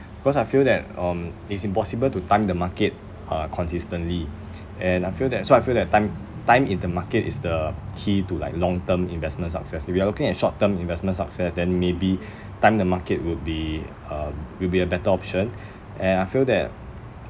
cause I feel that um it's impossible to time the market uh consistently and I feel that so I feel that time time in the market is the key to like long term investment success if you are looking at short term investment success then maybe time the market would be uh will be a better option and I feel that